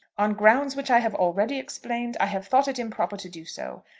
on grounds which i have already explained i have thought it improper to do so.